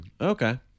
Okay